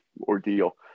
ordeal